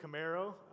Camaro